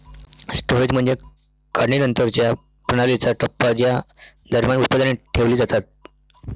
storage म्हणजे काढणीनंतरच्या प्रणालीचा टप्पा ज्या दरम्यान उत्पादने ठेवली जातात